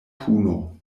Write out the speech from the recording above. puno